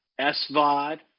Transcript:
SVOD